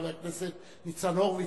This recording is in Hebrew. חבר הכנסת ניצן הורוביץ,